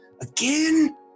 again